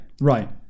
right